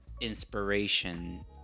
inspiration